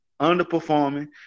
underperforming